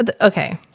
Okay